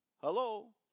Hello